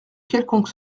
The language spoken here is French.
quelconque